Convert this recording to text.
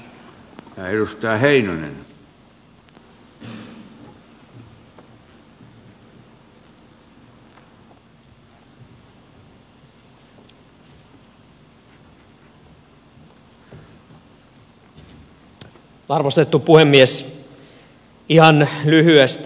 ihan lyhyesti